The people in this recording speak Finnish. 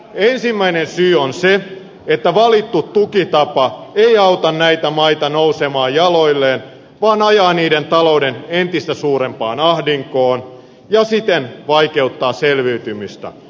ensimmäinen syy on se että valittu tukitapa ei auta näitä maita nousemaan jaloilleen vaan ajaa niiden taloudet entistä suurempaan ahdinkoon ja siten vaikeuttaa selviytymistä